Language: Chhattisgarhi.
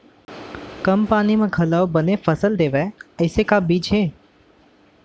कम पानी मा घलव बने फसल देवय ऐसे का बीज हे?